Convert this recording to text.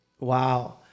Wow